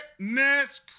fitness